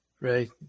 Right